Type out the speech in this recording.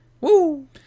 Woo